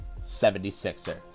76er